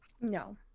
no